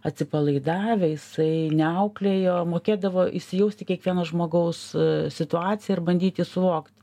atsipalaidavę jisai neauklėjo mokėdavo įsijaust į kiekvieno žmogaus situaciją ir bandyt jį suvokt